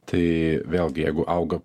tai vėlgi jeigu auga